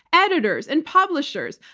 editors, and publishers?